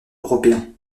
européen